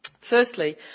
Firstly